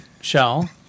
shell